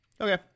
okay